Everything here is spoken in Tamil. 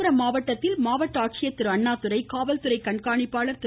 விழுப்புரம் மாவட்டத்தில் மாவட்ட ஆட்சியர் திரு அண்ணாதுரை காவல்துறை கண்காணிப்பாள் திரு